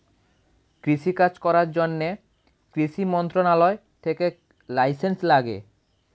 কৃষি কাজ করার জন্যে কৃষি মন্ত্রণালয় থেকে লাইসেন্স লাগে